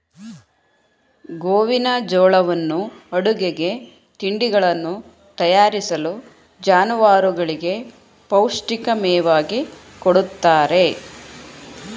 ಗೋವಿನಜೋಳವನ್ನು ಅಡುಗೆಗೆ, ತಿಂಡಿಗಳನ್ನು ತಯಾರಿಸಲು, ಜಾನುವಾರುಗಳಿಗೆ ಪೌಷ್ಟಿಕ ಮೇವಾಗಿ ಕೊಡುತ್ತಾರೆ